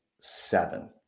seven